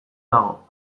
dago